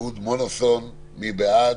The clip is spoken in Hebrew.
מי בעד?